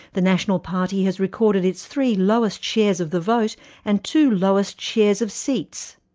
the national party has recorded its three lowest shares of the vote and two lowest shares of seats.